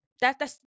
That—that's